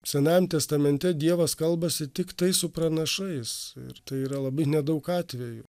senajam testamente dievas kalbasi tiktai su pranašais ir tai yra labai nedaug atvejų